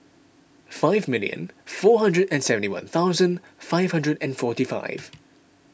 five million four hundred and seventy one thousand five hundred and forty five